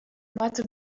moatte